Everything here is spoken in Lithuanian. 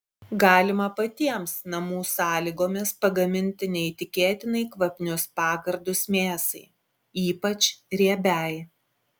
galima patiems namų sąlygomis pagaminti neįtikėtinai kvapnius pagardus mėsai ypač riebiai